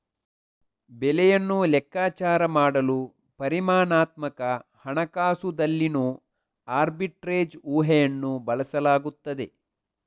ಬೆಲೆಯನ್ನು ಲೆಕ್ಕಾಚಾರ ಮಾಡಲು ಪರಿಮಾಣಾತ್ಮಕ ಹಣಕಾಸುದಲ್ಲಿನೋ ಆರ್ಬಿಟ್ರೇಜ್ ಊಹೆಯನ್ನು ಬಳಸಲಾಗುತ್ತದೆ